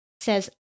says